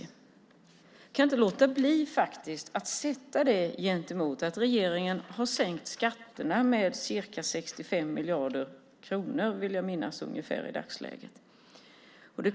Jag kan inte låta bli att sätta det mot att regeringen har sänkt skatterna med ca 65 miljarder kronor, vill jag minnas ungefär, i dagsläget.